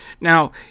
Now